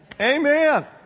Amen